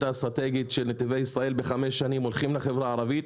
האסטרטגית של נתיבי ישראל בחמש שנים הולכים לחברה הערבית,